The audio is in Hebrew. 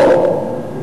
הו,